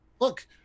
look